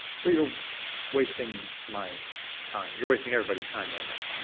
so you're wasting my time. you're wasting everybody's time right now.